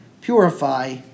purify